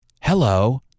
Hello